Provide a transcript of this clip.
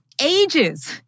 ages